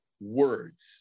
words